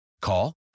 Call